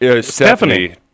Stephanie